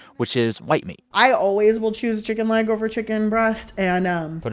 which is white meat i always will choose chicken leg over chicken breast. and. um but